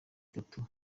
itatu